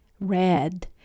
red